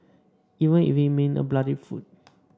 even if it mean a bloody foot